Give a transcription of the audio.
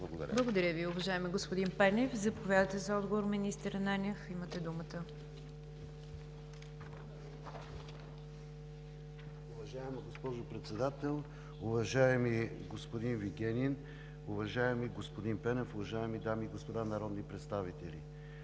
Благодаря Ви, уважаеми господин Пенев. Заповядайте за отговор, министър Ананиев, имате думата. МИНИСТЪР КИРИЛ АНАНИЕВ: Уважаема госпожо Председател, уважаеми господин Вигенин, уважаеми господин Пенев, уважаеми дами и господа народни представители!